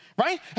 right